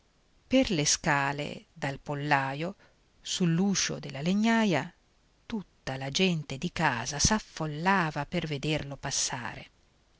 per le scale dal pollaio sull'uscio della legnaia tutta la gente di casa s'affollava per vederlo passare